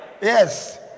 yes